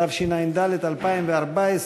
התשע"ד 2014,